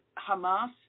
Hamas